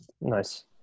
nice